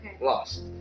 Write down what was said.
Lost